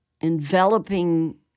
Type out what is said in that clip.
enveloping